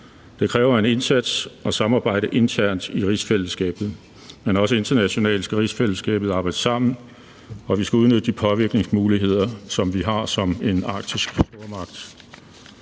Det kræver en indsats og samarbejde internt i rigsfællesskabet, men også internationalt skal rigsfællesskabet arbejde sammen, og vi skal udnytte de påvirkningsmuligheder, som vi har som en arktisk stormagt.